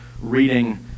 reading